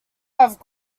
have